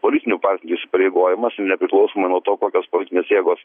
politinių partijų įsipareigojimas nepriklausomai nuo to kokios politinės jėgos